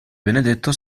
benedetto